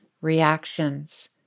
reactions